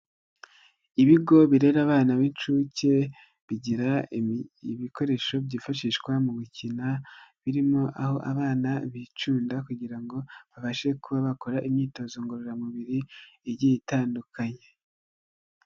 Ibigo birera abana b'inshuke bigira ibikoresho byifashishwa mu gukina, birimo aho abana bicunda kugira ngo babashe kuba bakora imyitozo ngororamubiri igiye itandukanye.